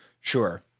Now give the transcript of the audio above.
Sure